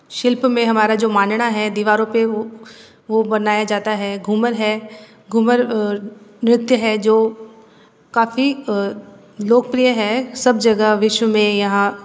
शिल्प में हमारा जो मांडना है दीवारों पे वो वो बनाया जाता है घूमर है घूमर नृत्य है जो काफ़ी लोकप्रिय है सब जगह विश्व में यहाँ